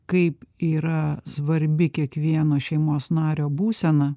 kaip yra svarbi kiekvieno šeimos nario būsena